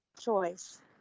choice